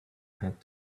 had